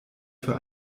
für